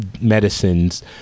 medicines